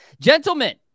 Gentlemen